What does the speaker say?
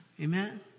Amen